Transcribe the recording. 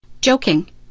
Joking